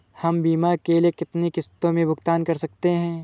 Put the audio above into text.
हम बीमा के लिए कितनी किश्तों में भुगतान कर सकते हैं?